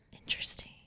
Interesting